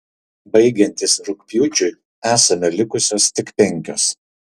baigiantis rugpjūčiui esame likusios tik penkios